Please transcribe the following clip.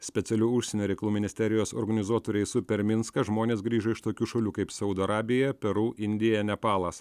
specialiu užsienio reikalų ministerijos organizuotu reisu per minską žmonės grįžo iš tokių šalių kaip saudo arabija peru indija nepalas